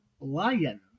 lion